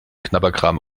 knabberkram